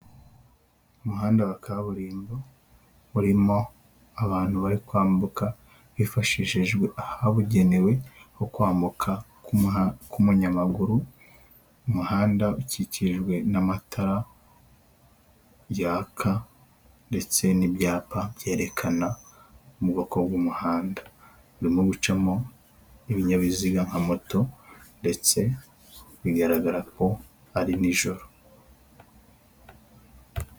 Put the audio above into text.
Umuhanda wa kaburimbo urimo abantu bari kwambuka hifashishijwe ahabugenewe ho kwambuka ku munyamaguru, umuhanda ukikijwe n'amatara yaka ndetse n'ibyapa byerekana mu bwoko bw'umuhanda, harimo gucamo ibinyabiziga nka moto ndetse bigaragara ko ari nijoro.